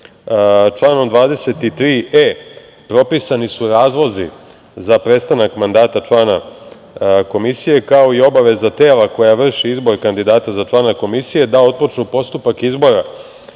23e propisani su razlozi za prestanak mandata člana komisije, kao i obaveza tela koje vrši izbor kandidata za člana komisije da otpočnu postupak izbora